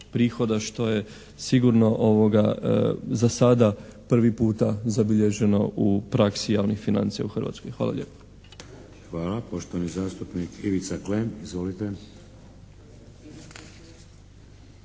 što je sigurno za sada prvi puta zabilježeno u praksi javnih financija u Hrvatskoj. Hvala lijepa. **Šeks, Vladimir (HDZ)** Hvala. Poštovani zastupnik Ivica Klem. Izvolite.